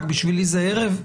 בשבילי זה ערב?